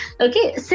okay